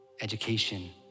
education